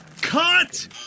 Cut